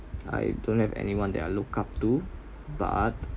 I don't have anyone that I look up to but